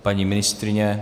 Paní ministryně?